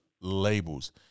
labels